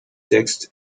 text